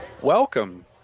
Welcome